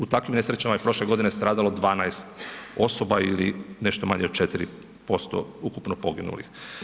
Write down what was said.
U takvim nesrećama je prošle godine stradalo 12 osoba ili nešto manje od 4% ukupno poginulih.